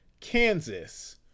Kansas